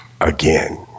again